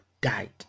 died